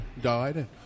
Died